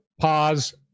Pause